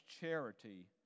charity